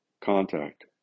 contact